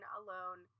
alone